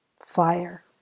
fire